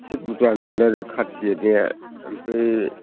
एसे बुरजा नांगोन आरो खाथि जिरनाया ओमफ्राय